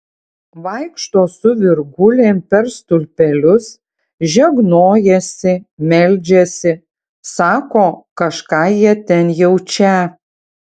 vaikšto su virgulėm per stulpelius žegnojasi meldžiasi sako kažką jie ten jaučią